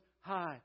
high